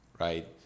right